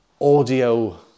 audio